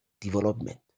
development